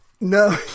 No